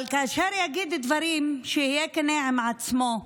אבל כאשר יגיד דברים, שיהיה כן עם עצמו.